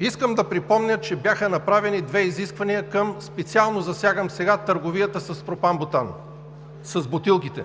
искам да припомня, че бяха направени две изисквания – специално засягам сега търговията с пропан-бутана, с бутилките.